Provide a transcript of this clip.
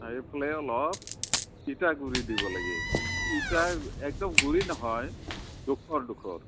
চাৰিওফালে অলপ ইটাগুৰি দিব লাগে ইটাৰ একদম গুৰি নহয় ডোখৰ ডোখৰ